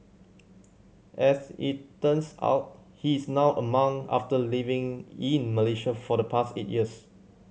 as it turns out he is now a monk after living in Malaysia for the past eight years